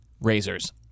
razors